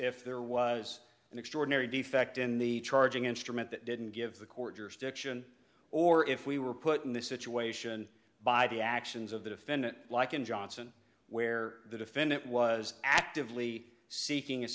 if there was an extraordinary defect in the charging instrument that didn't give the court jurisdiction or if we were put in this situation by the actions of the defendant like in johnson where the defendant was actively seeking a